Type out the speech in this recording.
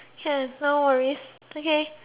yes no worries okay